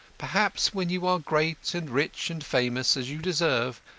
perhaps when you are great, and rich, and famous, as you deserve,